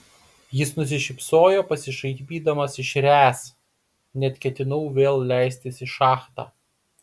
jis nusišypsojo pasišaipydamas iš ręs net ketinau vėl leistis į šachtą